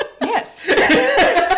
Yes